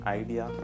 idea